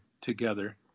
together